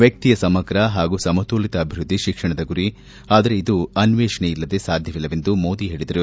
ವ್ಚಕ್ತಿಯ ಸಮಗ್ರ ಹಾಗೂ ಸಮತೋಲಿತ ಅಭಿವೃದ್ದಿ ಶಿಕ್ಷಣದ ಗುರಿ ಆದರೆ ಇದು ಅನ್ವೇಷಣೆ ಇಲ್ಲದೆ ಸಾಧ್ಯವಿಲ್ಲ ಎಂದು ಮೋದಿ ಹೇಳದರು